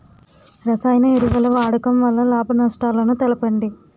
రసాయన ఎరువుల వాడకం వల్ల లాభ నష్టాలను తెలపండి?